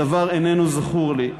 הדבר איננו זכור לי.